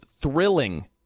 thrilling